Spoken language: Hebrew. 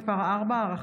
על סדר-היום,